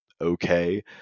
okay